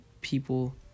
people